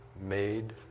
made